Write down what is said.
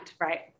Right